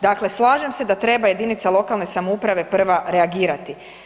Dakle slažem se da treba jedinica lokalne samouprave prva reagirati.